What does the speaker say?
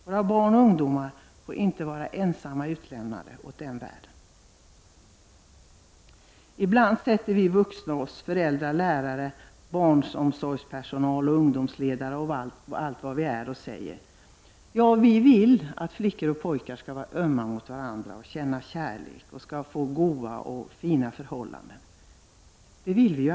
Våra barn och ungdomar får inte ensamma bli utelämnade åt denna värld. Ibland säger vi vuxna — föräldrar, lärare, barnomsorgspersonal och ungdomsledare — att vi vill att flickor och pojkar skall vara ömma mot varandra och känna kärlek och att de skall få fina och goda förhållanden. Det vill vi alla.